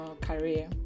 career